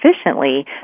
efficiently